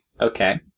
Okay